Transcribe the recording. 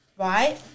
Right